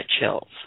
chills